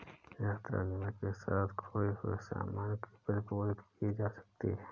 यात्रा बीमा के साथ खोए हुए सामान की प्रतिपूर्ति की जा सकती है